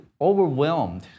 overwhelmed